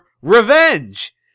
revenge